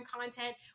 content